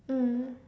mm